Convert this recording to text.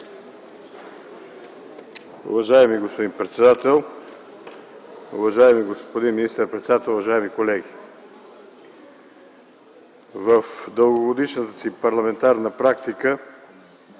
Уважаеми господин председател, уважаеми господин министър-председател, уважаеми колеги! В дългогодишната си парламентарна практика